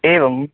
एवं